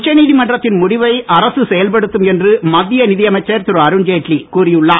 உச்சநீதிமன்றத்தின் முடிவை அரசு செயல்படுத்தும் என்று மத்திய நிதியமைச்சர் திரு அருண்ஜெட்லி கூறியுள்ளார்